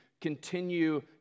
continue